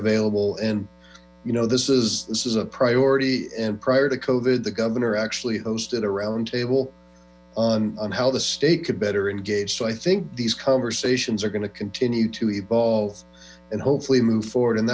available in this is this is a priority and prior to covid the governor actually hosted a roundtable on how the state could better engage so i think these conversations are going to continue to evolve and hopefully move forward and